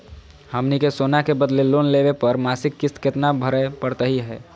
हमनी के सोना के बदले लोन लेवे पर मासिक किस्त केतना भरै परतही हे?